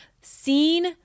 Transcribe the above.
seen